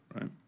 right